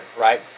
right